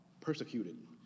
persecuted